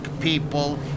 people